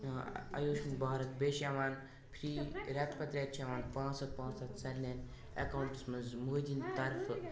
اَیوشمان بھارت بیٚیہِ چھِ یِوان فرٛی ریٚتہٕ پتہٕ ریٚتہٕ چھِ یِوان پانٛژھ ہتھ پانٛژھ ہتھ سارنٕے ایٚکاونٹَس منٛز مودِینۍ طرفہٕ